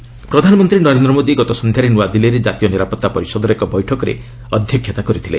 PM meeting ପ୍ରଧାନମନ୍ତ୍ରୀ ନରେନ୍ଦ୍ର ମୋଦି ଗତ ସନ୍ଧ୍ୟାରେ ନୂଆଦିଲ୍ଲୀରେ ଜାତୀୟ ନିରାପତ୍ତା ପରିଷଦର ଏକ ବୈଠକରେ ଅଧ୍ୟକ୍ଷତା କରିଥିଲେ